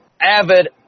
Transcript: avid